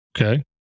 okay